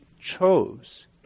chose